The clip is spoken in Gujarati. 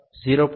D 0